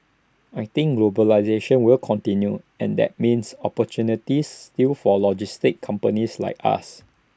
I think globalisation will continue and that means opportunities still for logistics companies like us